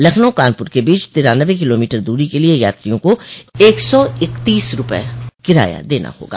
लखनऊ कानपुर के बीच तिरानवे किलोमीटर दूरी के लिए यात्रियों को एक सौ इकतीस रूपये किराया देना होगा